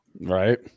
right